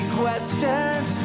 questions